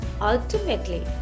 ultimately